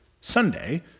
Sunday